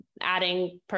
adding